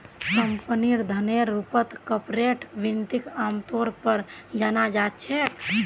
कम्पनीर धनेर रूपत कार्पोरेट वित्तक आमतौर पर जाना जा छे